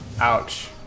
Ouch